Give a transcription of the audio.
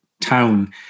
town